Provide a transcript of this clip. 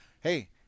hey